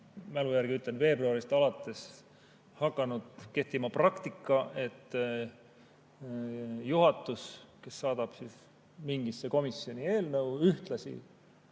mälu järgi ütlen, veebruarist alates hakanud kehtima praktika, et juhatus, kes saadab mingisse komisjoni eelnõu, mille